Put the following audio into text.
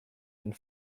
and